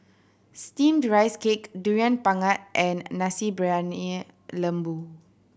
Steamed Rice Cake Durian Pengat and Nasi Briyani Lembu